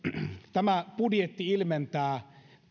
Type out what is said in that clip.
tämä budjetti ilmentää